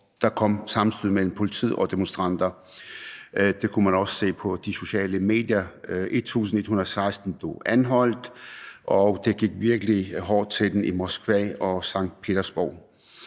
det kom til sammenstød mellem politi og demonstranter. Det kunne man også se på de sociale medier. 1.116 blev anholdt, og der blev virkelig gået hårdt til den i Moskva og Sankt Petersborg.